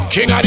King